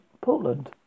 Portland